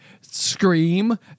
scream